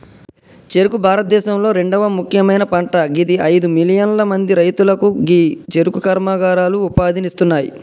చెఱుకు భారతదేశంలొ రెండవ ముఖ్యమైన పంట గిది అయిదు మిలియన్ల మంది రైతులకు గీ చెఱుకు కర్మాగారాలు ఉపాధి ఇస్తున్నాయి